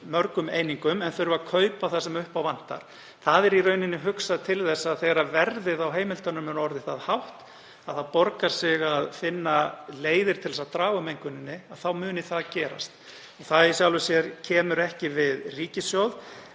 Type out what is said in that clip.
mörgum einingum en þurfa að kaupa það sem upp á vantar. Það er í rauninni hugsað þannig að þegar verðið á heimildunum er orðið það hátt að það borgar sig að finna leiðir til að draga úr menguninni þá muni það gerast. Það kemur í sjálfu sér ekki við ríkissjóð.